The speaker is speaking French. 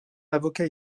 avocat